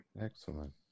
Excellent